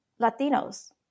Latinos